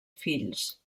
fills